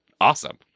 awesome